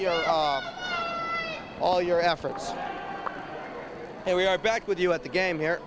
your all your efforts and we are back with you at the game here